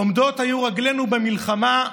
עומדות היו רגלינו במלחמה,